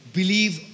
Believe